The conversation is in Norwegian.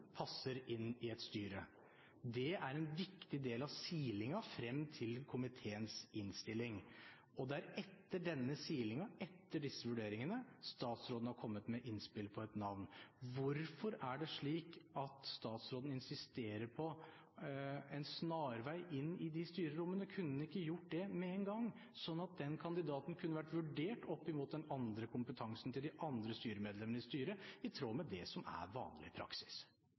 passer inn i et styre. Det er en viktig del av silingen frem til komiteens innstilling. Det er etter denne silingen, etter disse vurderingene, at statsråden har kommet med innspill på et navn. Hvorfor er det slik at statsråden insisterer på en snarvei inn i de styrerommene? Kunne han ikke gjort det med en gang, sånn at den kandidaten kunne vært vurdert opp mot den andre kompetansen til de andre styremedlemmene i styret, i tråd med det som er vanlig praksis?